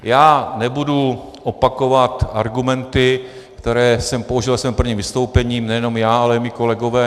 Já nebudu opakovat argumenty, které jsem použil ve svém prvním vystoupení, nejen já, ale i moji kolegové.